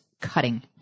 cutting